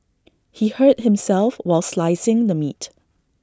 he hurt himself while slicing the meat